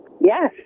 Yes